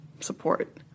support